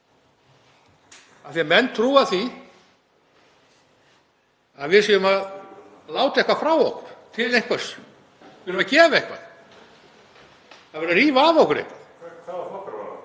að menn trúa því að við séum að láta eitthvað frá okkur til einhvers. Við erum að gefa eitthvað, það er verið að rífa af okkur eitthvað.